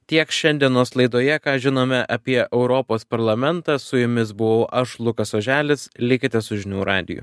tiek šiandienos laidoje ką žinome apie europos parlamentą su jumis buvau aš lukas oželis likite su žinių radiju